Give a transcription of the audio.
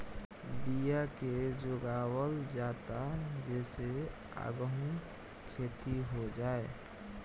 बिया के जोगावल जाता जे से आगहु खेती हो जाए